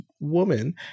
woman